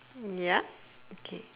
yup okay